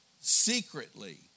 Secretly